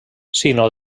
sinó